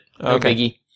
okay